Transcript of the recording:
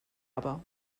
aber